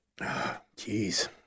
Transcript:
Jeez